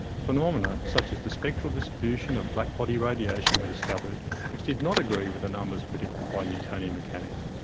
phenomena such as the spectral distribution of black body radiation were discovered which did not agree with the numbers predicted by newtonian mechanics.